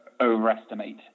overestimate